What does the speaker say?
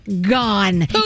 gone